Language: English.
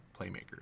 playmakers